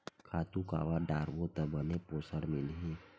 खातु काबर डारबो त बने पोषण मिलही?